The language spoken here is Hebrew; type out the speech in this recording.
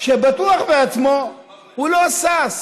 שבטוח בעצמו לא שש